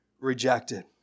rejected